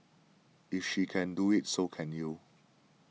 if she can do it so can you